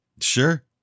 Sure